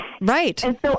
Right